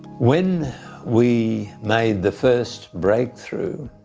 when we made the first breakthrough,